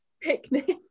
Picnic